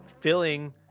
filling